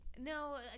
No